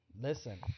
listen